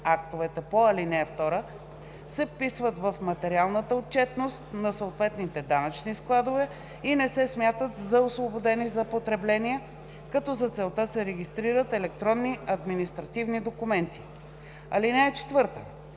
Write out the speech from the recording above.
актовете по ал. 2 се вписват в материалната отчетност на съответните данъчни складове и не се смятат за освободени за потребление, като за целта се регистрират електронни административни документи. (4)